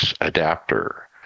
adapter